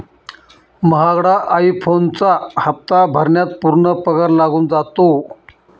महागडा आई फोनचा हप्ता भरण्यात पूर्ण पगार लागून जातो